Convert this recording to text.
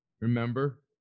Remember